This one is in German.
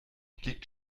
liegt